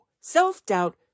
self-doubt